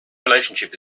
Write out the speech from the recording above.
relationship